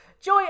Joy